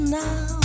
now